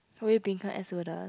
will you become air stewardess